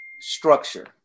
structure